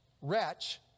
wretch